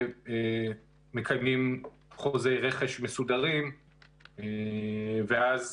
ומקיימים חוזי רכש מסודרים, ואז